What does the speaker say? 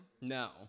No